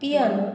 piano